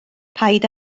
paid